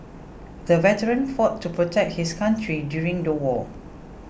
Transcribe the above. the veteran fought to protect his country during the war